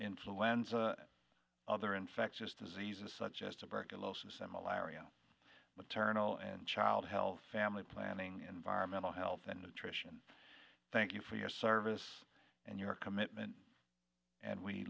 influenza other infectious diseases such as the burglar malaria maternal and child health family planning environmental health and nutrition thank you for your service and your commitment and we